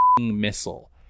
missile